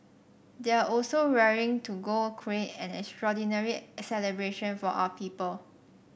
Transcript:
they are also raring to go create an extraordinary celebration for our people